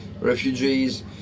refugees